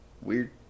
weird